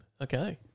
okay